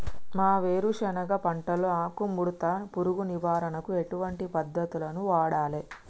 మా వేరుశెనగ పంటలో ఆకుముడత పురుగు నివారణకు ఎటువంటి పద్దతులను వాడాలే?